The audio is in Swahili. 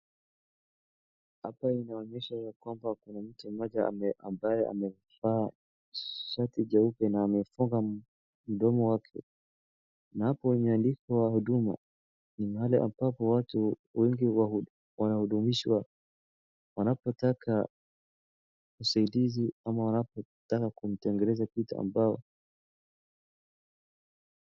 Hapa inaonyesha ya kwamba kuna mtu mmoja ambaye amevaa shati jeupe na amefunga mdomo wake, na hapo imeandikwa Huduma . Ni mahali ambapo watu wengi wanahudumishwa wanapotaka usaidizi ama wanapotaka kutengeneza kitu ambao